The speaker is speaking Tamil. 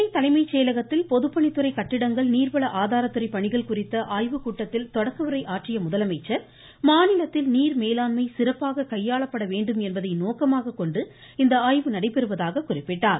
சென்னை தலைமைச் செயலகத்தில் பொதுப்பணித்துறை கட்டடங்கள் நீர்வள ஆதாரதுறை பணிகள் குறித்த ஆய்வுக் கூட்டத்தில் தொடக்க உரை ஆற்றிய அவர் மாநிலத்தில் நீர் மேலாண்மை சிறப்பாக கையாளப்பட வேண்டும் என்பதை நோக்கமாகக் கொண்டு இந்த ஆய்வு நடைபெறுவதாக குறிப்பிட்டார்